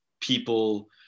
people